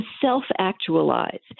self-actualize